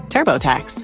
TurboTax